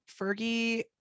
Fergie